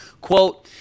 quote